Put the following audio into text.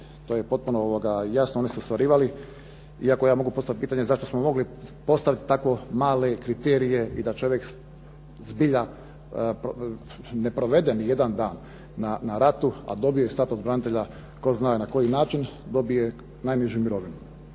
to je potpuno jasno. Oni su ostvarivali iako ja mogu postaviti pitanje zašto smo mogli postaviti tako male kriterije i da čovjek zbilja ne provede nijedan dan na ratu a dobije status branitelja tko zna na koji način, dobije najnižu mirovinu.